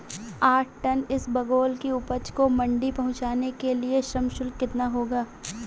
आठ टन इसबगोल की उपज को मंडी पहुंचाने के लिए श्रम शुल्क कितना होगा?